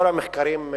כל המחקרים,